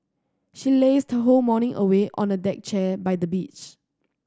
she lazed her whole morning away on a deck chair by the beach